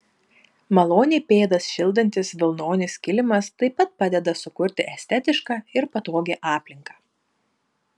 maloniai pėdas šildantis vilnonis kilimas taip pat padeda sukurti estetišką ir patogią aplinką